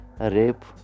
rape